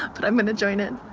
but i'm going to join it